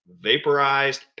vaporized